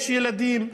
יש ילדים,